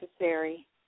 necessary